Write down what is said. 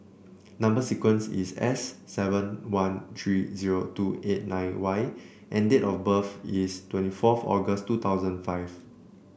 number sequence is S seven one three zero two eight nine Y and date of birth is twenty forth August two thousand five